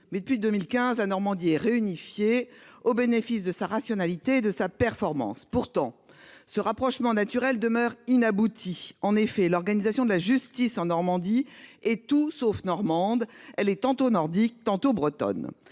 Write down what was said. mais depuis 2015 à Normandie réunifiée au bénéfice de sa rationalité de sa performance pourtant ce rapprochement naturel demeure inaboutie. En effet, l'organisation de la justice en Normandie et tout sauf normande. Elle est tantôt nordique tantôt bretonne